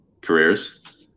careers